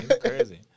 Crazy